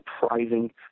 surprising